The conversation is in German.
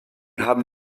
haben